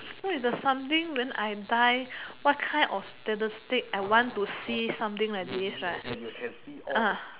no is the something when I die what kind of statistic I want to see something like this right